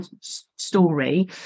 story